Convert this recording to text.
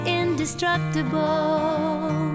indestructible